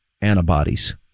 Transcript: antibodies